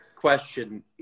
question